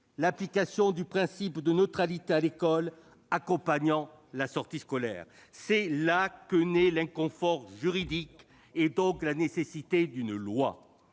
l'application du principe de neutralité à l'adulte accompagnant la sortie scolaire. C'est là que naît l'inconfort juridique, qui rend une loi